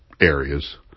areas